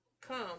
come